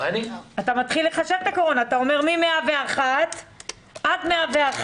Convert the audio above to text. אתה אומר עד 101%